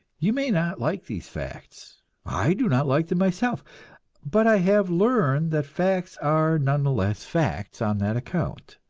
you may not like these facts i do not like them myself but i have learned that facts are none the less facts on that account.